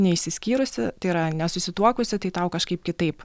neišsiskyrusi tai yra nesusituokusi tai tau kažkaip kitaip